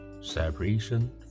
Separation